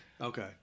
Okay